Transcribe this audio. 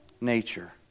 nature